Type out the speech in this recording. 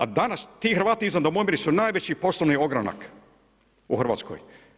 A danas ti Hrvati izvan Domovine su najveći poslovni ogranak u Hrvatskoj.